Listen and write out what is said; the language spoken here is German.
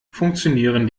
funktionieren